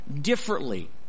differently